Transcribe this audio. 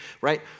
right